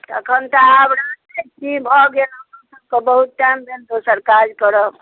तखन तऽ आब राखै छी भऽ गेल अहाँसभके बहुत टाइम भेल दोसर काज करब